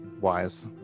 wise